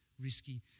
Risky